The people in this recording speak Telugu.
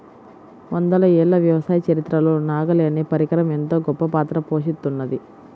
వందల ఏళ్ల వ్యవసాయ చరిత్రలో నాగలి అనే పరికరం ఎంతో గొప్పపాత్ర పోషిత్తున్నది